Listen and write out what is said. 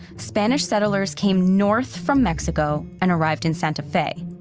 spanish settlers came north from mexico and arrived in santa fe.